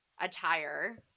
attire